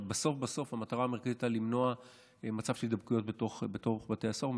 בסוף בסוף המטרה המרכזית הייתה למנוע מצב של הידבקויות בתוך בתי הסוהר.